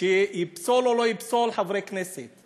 שיפסול או לא יפסול חברי כנסת.